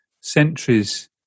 centuries